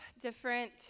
different